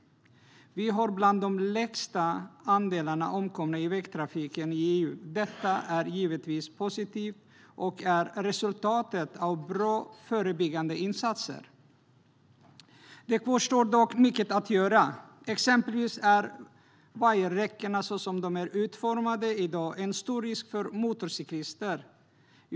Vår andel omkomna i vägtrafiken är bland de lägsta i EU. Detta är givetvis positivt och är resultatet av bra förebyggande insatser. Det kvarstår dock mycket att göra. Exempelvis är vajerräckena så som de är utformade i dag en stor risk för motorcyklister.